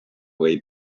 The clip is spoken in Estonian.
või